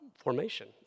Formation